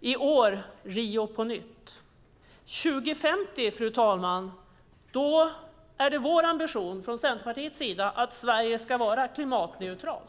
I år kommer Rio på nytt. År 2050, fru talman, är det vår ambition från Centerpartiets sida att Sverige ska vara klimatneutralt.